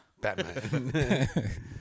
Batman